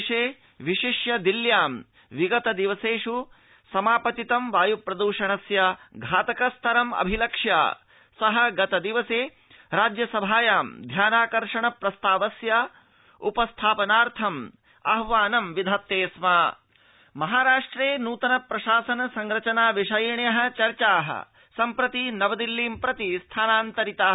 देशे विशिष्य दिल्ल्यां विगत दिवसेष् समापतितं वायू प्रद्षणस्य घातकस्तरम् अभिलक्ष्य सः गतदिवसे राज्यसभायां ध्यानाकर्षण प्रस्तावस्य उपस्थापनार्थम् आह्वानं विदधाति स्मा महाराष्ट्रप्रशासनसंरचना महाराष्ट्रे न्तनप्रशासन संरचना विषयिण्यश्चाः सम्प्रति नवदिल्लीं प्रति स्थानान्तरिताः